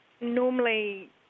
Normally